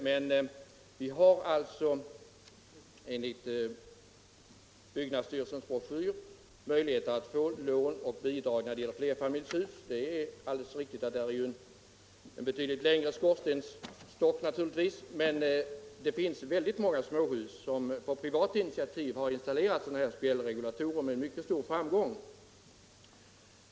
Det finns emellertid enligt byggnadsstyrelsens broschyr möjligheter att få lån när det gäller flerfamiljshus. Det är alldeles riktigt att sådana hus har en betydligt längre skorstensstock än småhus, men det finns väldigt många småhus där man på privat initiativ installerat spjällregulatorer med mycket stor framgång.